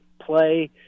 play